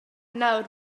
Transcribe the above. nawr